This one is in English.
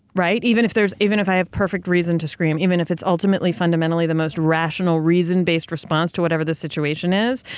right? even if there's, even if i have perfect reason to scream, even if it's ultimately fundamentally the most rational, reason-based response to whatever the situation is.